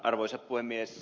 arvoisa puhemies